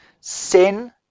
Sin